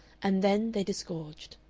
and then they disgorged.